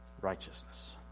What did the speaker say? righteousness